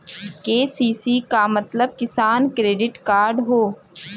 KCC क मतलब किसान क्रेडिट कार्ड हौ